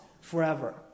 forever